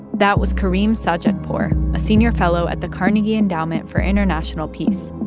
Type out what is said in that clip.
that was karim sadjadpour, a senior fellow at the carnegie endowment for international peace,